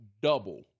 double